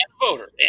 voter